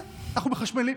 אנחנו מחשמלים.